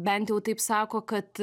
bent jau taip sako kad